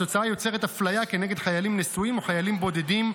התוצאה יוצרת אפליה כנגד חיילים נשואים או חיילים בודדים,